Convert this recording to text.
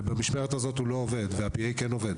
ובמשמרת הזאת הוא לא עובד וה-P.A עובד